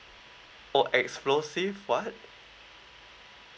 oh explosive what